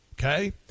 Okay